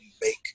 make